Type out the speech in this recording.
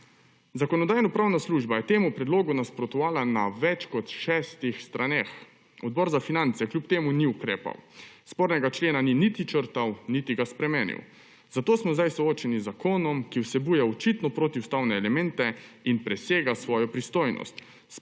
Zakonodajno-pravna služba je temu predlogu nasprotovala na več kot šestih straneh. Odbor za finance kljub temu ni ukrepal. Spornega člena ni niti črtal niti ga spremenil, zato smo zdaj soočeni z zakonom, ki vsebuje očitno protiustavne elemente in presega svojo pristojnost,